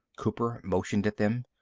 cooper motioned at them.